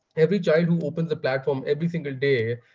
every child who opens the platform every single day,